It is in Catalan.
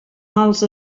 mals